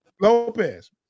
Lopez